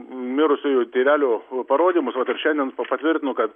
mirusiojo tėvelio parodymus vat ir šiandien pa patvirtino kad